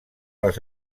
les